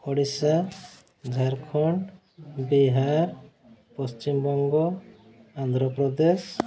Odisha Jharkhand Bihar Paschimbanga Andhra Pradesh